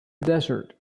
desert